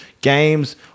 games